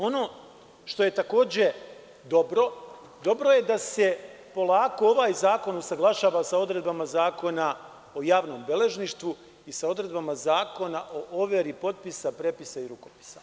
Ono što je takođe dobro, dobro je da se polako ovaj zakon usaglašava sa odredbama Zakona o javnom beležništvu i sa odredbama Zakona o overi potpisa, prepisa i rukopisa.